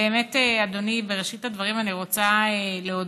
באמת, אדוני, בראשית הדברים אני רוצה להודות